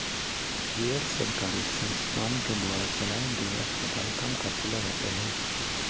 गैर सरकारी संस्थान के द्वारा चलाये गए अस्पताल कम ख़र्चीले होते हैं